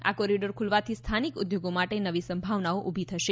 આ કોરીડોર ખુલવાથી સ્થાનિક ઉદ્યોગો માટે નવી સંભાવનાઓ ઉભી થશે